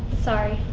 sorry.